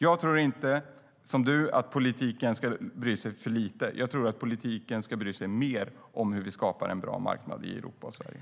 Jag tycker, till skillnad från Fredrik Schulte, att politiken bryr sig för lite. Jag tycker att politiken ska bry sig om hur vi skapar en bra marknad i Europa och Sverige.